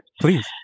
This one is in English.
Please